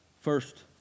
first